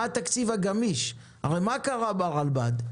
מה התקציב הגמיש הרי מה קרה ברלב"ד?